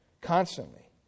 constantly